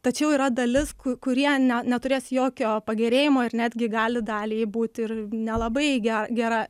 tačiau yra dalis ku kurie ne neturės jokio pagerėjimo ir netgi gali daliai būti ir nelabai ge gera